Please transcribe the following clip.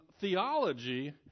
theology